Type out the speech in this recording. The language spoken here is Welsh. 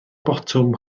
botwm